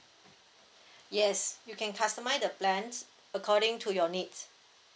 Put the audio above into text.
yes you can customise the plans according to your needs